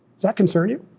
that concern you?